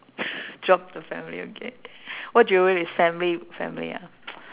drop the family okay what do you is family family ah